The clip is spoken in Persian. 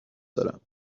دارم